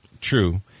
True